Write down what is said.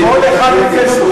כל אחד אצלנו,